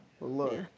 Look